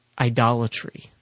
idolatry